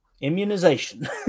Immunization